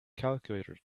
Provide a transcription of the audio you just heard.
calculator